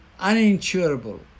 uninsurable